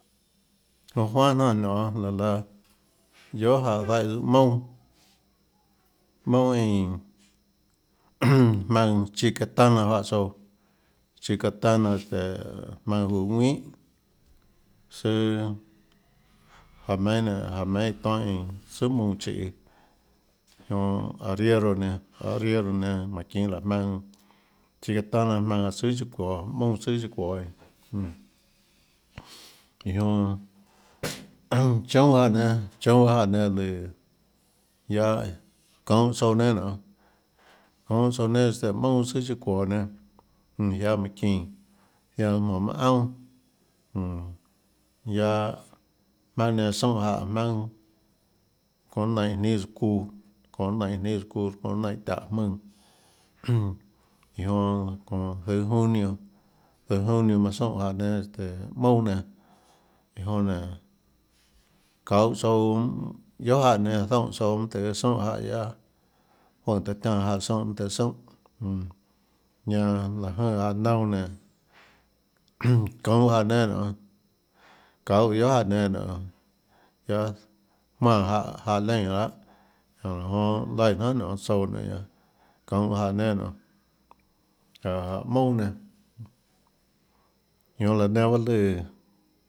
Jonã juanhà jnanà nionê laã laã guiohàjáhã zaíhã mounà mounà eínã jmaønã chicatana juáhã tsouã chicatana jmaønã juøå jauà ðuinhà søâ jáhã meinhâ jáhã meinhâ iã tonhâ tsùà mounã chiê jonã ariero nénâ ariero nénâ jmánhå çinå láhã jmaønã chicatana jmaønã jáhã tsùà chiâ çuoå mounà tsøã chiâ çouå eínã jmm iå jonã, choúnâ jáhã nénâ choúnâ baâ jáhã nénâ lùã guiaâ çounhå tsouã nénâ nonê çounhå tsouã nénâ este mounà tsùà chiâ çuoå nénâ jiáâ minã çínã zianã jmonå manã aunà jmm guiaâ jmaønâ nenã soúnhã jáhã jmaønâ çónhã nainhå jnínâs çuuãçónhã nainhå jnínâs çuuãçónhã nainhå táhå jmùnã iå jonã çóhã zøhå junio zøhå junio manã soúnhã jáhã nénâ este mounà nénâ iã jonã nénå çauhå tsouã guiohà jáhã nénâ zoúnhã tsouã mønâ tùhå soúnhã jáhã guiaâ juønè taã tiánã jáhã soúnhã mønâ tøê soúnhã jmm ñanã láhå jønè jáhã naunã nénå çounhå jáhã nénâ nonê çauhå tsøã guiohà jáhã nénâ nonê guiaâ jmánã jáhã jáhã leínã lahâ jánhå raã jonã laíã jnanhà nonê tsouã nénâ guiaâ çounhå jáhã nénâ nonê jáhã jáhã mounà nénâ iã jonã laã nenã bahâ lùã.